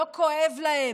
לא כואב להם.